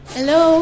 Hello